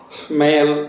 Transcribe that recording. smell